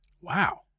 Wow